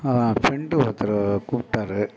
friend ஒருத்தர் கூப்பிட்டாரு